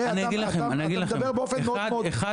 הרי אתה מדבר באופן מאוד מאוד --- אני אגיד לכם.